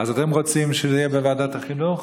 אז אתם רוצים שזה יהיה בוועדת החינוך?